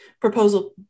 Proposal